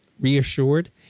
reassured